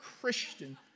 Christian